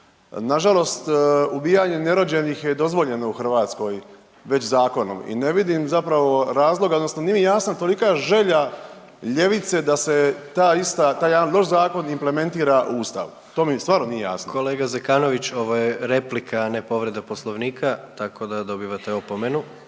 Nažalost ubijanje nerođenih je dozvoljeno u Hrvatskoj već zakonom i ne vidim zapravo razloga odnosno nije mi jasna tolika želja ljevice da se ta ista, taj jedan loš zakon implementira u ustav, to mi stvarno nije jasno. **Jandroković, Gordan (HDZ)** Kolega Zekanović, ovo je replika, a ne povreda poslovnika, tako da dobivate opomenu.